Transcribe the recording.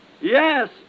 Yes